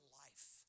life